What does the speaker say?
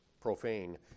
profane